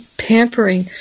pampering